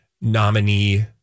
nominee